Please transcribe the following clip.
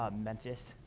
um memphis.